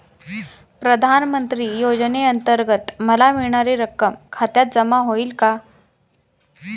प्रधानमंत्री योजनेअंतर्गत मला मिळणारी रक्कम खात्यात जमा होईल का?